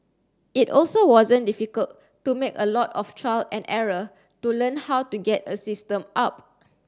it also wasn't difficult to make a lot of trial and error to learn how to get a system up